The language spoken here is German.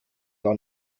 gar